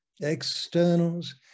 externals